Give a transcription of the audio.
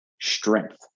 strength